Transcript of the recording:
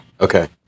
Okay